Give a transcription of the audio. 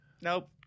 Nope